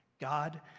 God